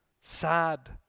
sad